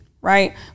right